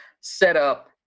setup